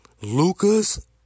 Lucas